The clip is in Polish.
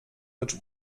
lecz